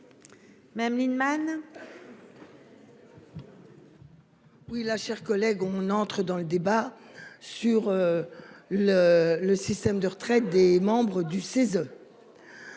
Même Lienemann. Oui la chers collègues on entre dans le débat sur. Le, le système de retraite des membres du CESE.